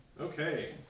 Okay